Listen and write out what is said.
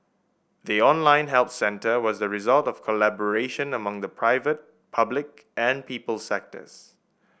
the online help centre was the result of collaboration among the private public and people sectors